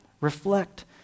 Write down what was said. Reflect